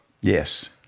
Yes